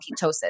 ketosis